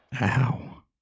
Ow